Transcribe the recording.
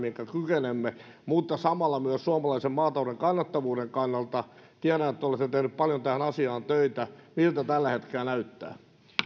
minkä kykenemme mutta samalla myös suomalaisen maatalouden kannattavuuden kannalta tiedän että te olette tehnyt paljon tähän asiaan töitä miltä tällä hetkellä näyttää